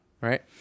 right